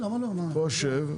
בוא שב.